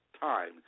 time